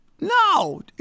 No